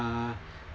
uh